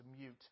mute